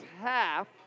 half